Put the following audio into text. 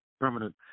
permanent